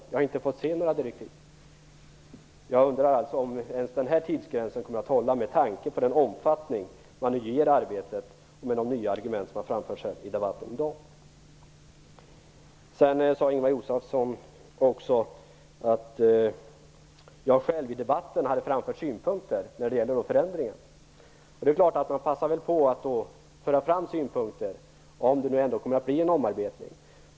Jag har inte fått se några direktiv. Jag undrar om ens den tidsgränsen kommer att hålla med tanke på den omfattning som man nu ger arbetet med de nya argument som framförts i debatten i dag. Vidare sade Ingemar Josefsson att jag i debatten hade framfört synpunkter när det gäller förändringar. Man passar väl på att föra fram synpunkter om det nu ändå kommer att bli en omarbetning.